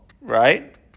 right